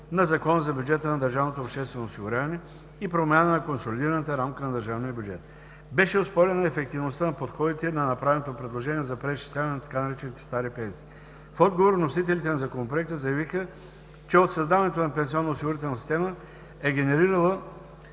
на Закона за бюджета на държавното обществено осигуряване и промяна на консолидираната рамка на държавния бюджет. Беше оспорена ефективността на подходите на направеното предложение за преизчисляване на така наречените „стари пенсии“. В отговор вносителите на Законопроекта заявиха, че от създаването си пенсионно-осигурителната система е генерирала